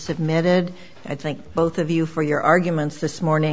submitted i think both of you for your arguments this morning